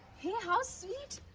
hey, how sweet.